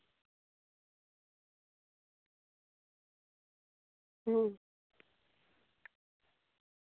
ᱦᱩᱸ